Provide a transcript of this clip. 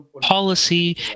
policy